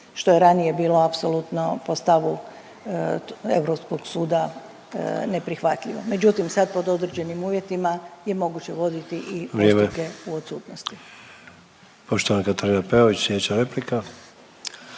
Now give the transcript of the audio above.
što je ranije bilo apsolutno po stavu EU suda neprihvatljivo. Međutim, sad pod određenim uvjetima je moguće voditi i postupke u odsutnosti.